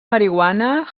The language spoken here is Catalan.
marihuana